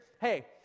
hey